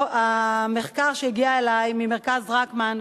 המחקר שהגיע אלי מ"מרכז רקמן",